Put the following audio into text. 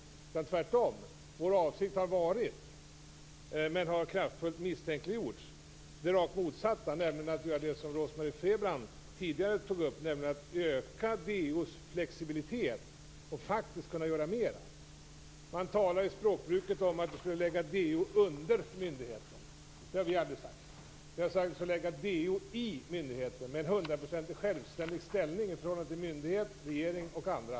Det är tvärtom. Vår avsikt, som kraftigt misstänkliggjorts, har varit den rakt motsatta. Vi har velat göra det som Rose-Marie Frebran tog upp tidigare, nämligen öka DO:s flexibilitet och möjlighet att faktiskt göra mer. Man talar i språkbruket att vi skulle lägga DO under myndigheten. Det har vi aldrig sagt. Vi har sagt att vi skall lägga DO i myndigheten med en hundraprocentigt självständig ställning i förhållande till myndighet, regering och andra.